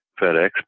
FedEx